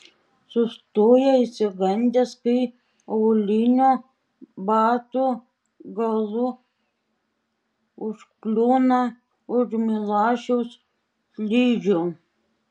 sustoja išsigandęs kai aulinio bato galu užkliūna už milašiaus slidžių